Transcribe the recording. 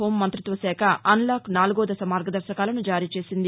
హోంమంతిత్వ శాఖ అన్లాక్ నాలుగో దశ మార్గదర్శకాలను జారీ చేసింది